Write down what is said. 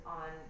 on